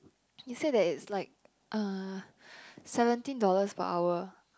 he said that it's like uh seventeen dollars per hour